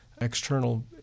external